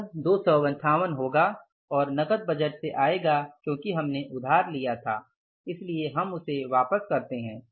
यह २५८ होगा और नकद बजट से आएगा क्योंकि हमने उधार लिया था इसलिए हम उसे वापस करते हैं